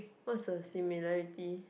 what's the similarity